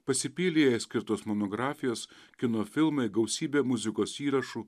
pasipylė jai skirtos monografijos kino filmai gausybė muzikos įrašų